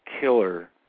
killer